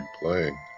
playing